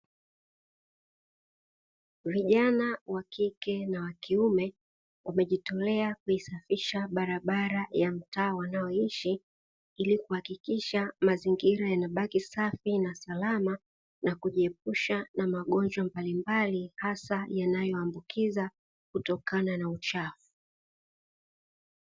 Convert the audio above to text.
Vijana wa kike na wa kiume, wamejitolea kuisafisha barabara ya mtaa wanao ishi, ili kuhakikisha mazingira yanabaki safi na salama, na kujiepusha na magonjwa mbalimbali hasa yanayoambukiza kutokana na uchafu.